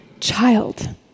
child